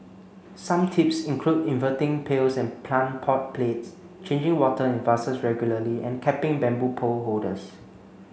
some tips include inverting pails and plant pot plates changing water in vases regularly and capping bamboo pole holders